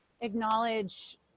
acknowledge